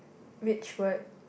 which word